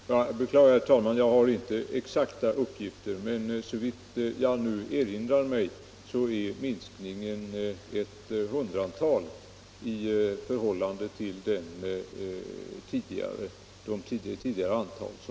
Herr talman! Jag beklagar att jag inte har några exakta uppgifter om det, men såvitt jag nu kan erinra mig är minskningen ett hundratal anmälningar i förhållande till det tidigare antalet.